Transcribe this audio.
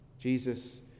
Jesus